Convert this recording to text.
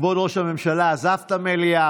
כבוד ראש הממשלה עזב את המליאה.